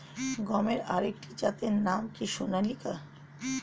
গমের আরেকটি জাতের নাম কি সোনালিকা?